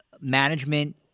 management